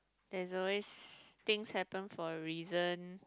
there's always things happen for a reason